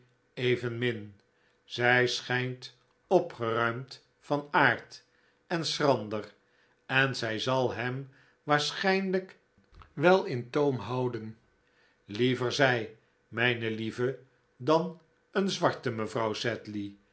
evenmin zij schijnt opgeruimd van aard en schrander en zij zal hem waarschijnlijk wel in toom houden liever zij mijn lieve dan een zwarte mevrouw